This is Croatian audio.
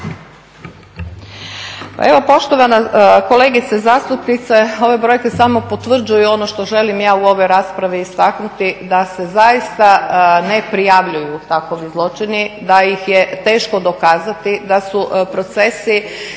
evo poštovana kolegice zastupnice, ove brojke samo potvrđuju ono što želim ja u ovoj raspravi istaknuti da se zaista ne prijavljuju takvi zločini, da ih je teško dokazati, da su procesi